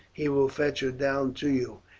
he will fetch her down to you.